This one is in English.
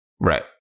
Right